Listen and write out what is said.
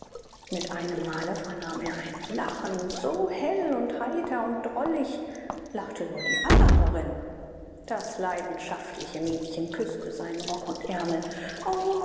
mit einem male vernahm er ein lachen so hell und heiter und drollig lachte nur die araberin das leidenschaftliche mädchen küßte seinen rock und ärmel